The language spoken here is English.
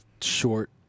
short